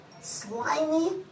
slimy